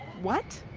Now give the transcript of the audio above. what?